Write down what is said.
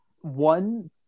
one